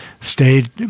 Stayed